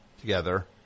together